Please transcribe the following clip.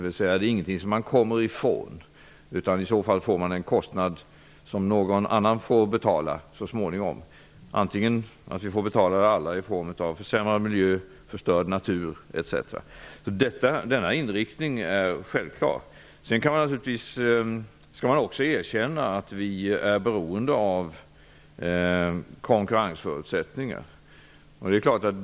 Miljöskulden är ingenting som man kommer ifrån utan man får en kostnad som någon annan får betala så småningom. Vi kan alla få betala den i form av försämrad miljö, förstörd natur etc. Vår inriktning är självklar. Man skall också erkänna att vi är beroende av konkurrensförutsättningar.